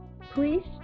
please